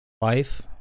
life